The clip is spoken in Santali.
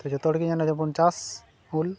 ᱛᱚ ᱡᱚᱛᱚ ᱦᱚᱲ ᱜᱮ ᱡᱮᱱᱚ ᱟᱫᱚᱵᱚᱱ ᱪᱟᱥ ᱩᱞ